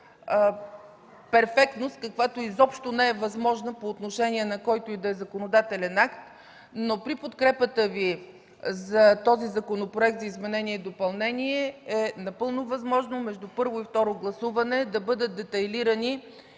перфектност, каквато изобщо не е възможна по отношение на който и да е законодателен акт, но при подкрепата Ви за този законопроект за изменение и допълнение е напълно възможно между първо и второ гласуване да бъдат детайлизирани